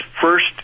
first